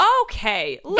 okay